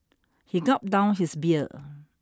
he gulped down his beer